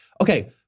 Okay